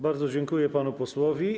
Bardzo dziękuję panu posłowi.